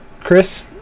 Chris